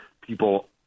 people